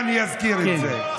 אנחנו אלה, גם אתם, עיסאווי, אתם,